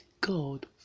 God